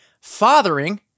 fathering